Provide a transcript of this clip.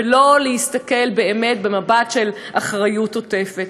ולא להסתכל באמת במבט של אחריות עוטפת.